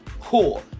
cool